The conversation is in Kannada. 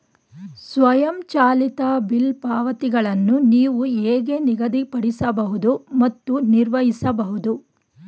ಸ್ವಯಂಚಾಲಿತ ಬಿಲ್ ಪಾವತಿಗಳನ್ನು ನೀವು ಹೇಗೆ ನಿಗದಿಪಡಿಸಬಹುದು ಮತ್ತು ನಿರ್ವಹಿಸಬಹುದು?